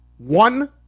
one